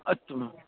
अस्तु महोदय